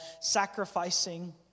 sacrificing